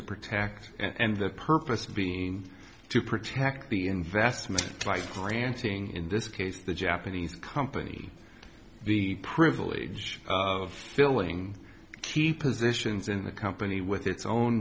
to protect and the purpose being to protect the investment ranting in this case the japanese company the privilege of filling key positions in the company with its own